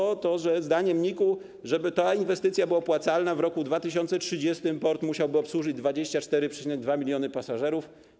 Chodzi o to, że zdaniem NIK-u, żeby ta inwestycja była opłacalna, to w roku 2030 port musiałby obsłużyć 24,2 mln pasażerów.